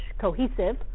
cohesive